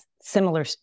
similar